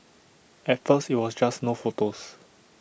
at first IT was just no photos